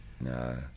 no